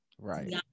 Right